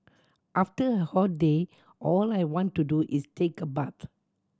after a hot day all I want to do is take a bath